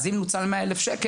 אז אם נוצל 100 אלף ₪,